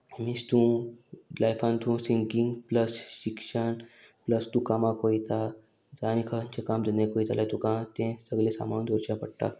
मनीस तूं लायफान तूं सिंगींग प्लस शिक्षण प्लस तूं कामाक वयता जाय आनी खंयचें काम धंद्याक वयता जाल्यार तुका तें सगलें सांबाळून दवरचें पडटा